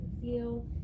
feel